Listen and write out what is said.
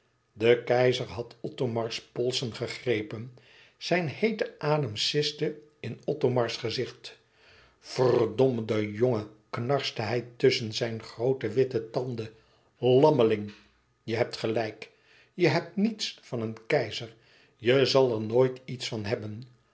de keizer had othomars polsen gegrepen zijn heete adem siste in othomars gezicht verdomde jongen knarstte hij tusschen zijne groote witte tanden lammeling je hebt gelijk je hebt niets van een keizer je zal er nooit iets van hebben